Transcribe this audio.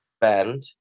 band